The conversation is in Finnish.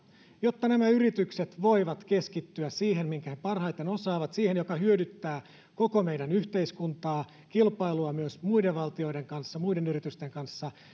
jotta nämä yritykset voivat keskittyä siihen minkä he parhaiten osaavat siihen mikä hyödyttää koko meidän yhteiskuntaa ja myös kilpailua muiden valtioiden ja muiden yritysten kanssa